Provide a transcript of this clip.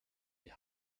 die